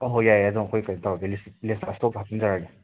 ꯍꯣ ꯍꯣ ꯌꯥꯏꯌꯦ ꯑꯗꯨꯝ ꯑꯩꯈꯣꯏ ꯀꯩꯅꯣ ꯇꯧꯔꯒꯦ ꯔꯤꯆꯤꯞꯇꯣ ꯍꯥꯞꯆꯤꯟꯖꯔꯛꯑꯒꯦ